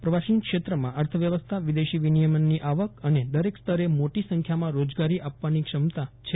પ્રવાસ ક્ષેત્રમાં અર્થવ્યવસ્થા વિદેશી વિનિમયની આવક અને દરેક સ્તરે મોટી સંખ્યામાં રોજગારી આપવાની ક્ષમતા છે